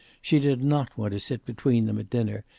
she did not want to sit between them at dinner,